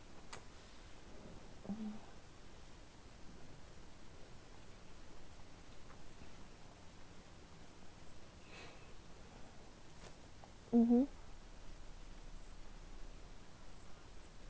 mmhmm